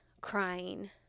crying